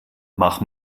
mach